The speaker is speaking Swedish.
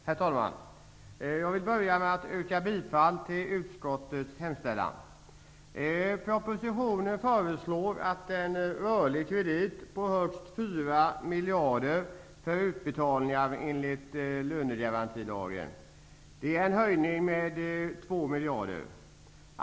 Herr talman! Jag yrkar bifall till utskottets hemställan. I propositionen föreslås en rörlig kredit på högst 4 miljarder kronor för utbetalning enligt lönegarantilagen. Det är en höjning med 2 miljarder kronor.